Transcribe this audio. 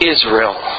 Israel